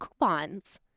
coupons